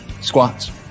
squats